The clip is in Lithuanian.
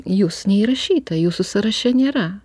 jūs neįrašyta jūsų sąraše nėra